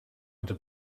into